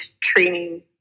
training